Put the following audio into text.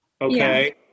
Okay